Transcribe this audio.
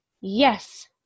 Yes